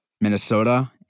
Minnesota